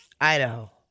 Idaho